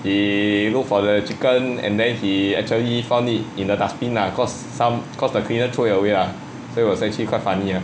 he look for the chicken and then he actually found it in a dustbin lah cause some cause the cleaner throw it away ah so was actually quite funny